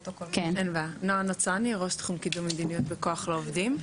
נועה נוצני ראש תחום קידום מדיניות בכוח לעובדים.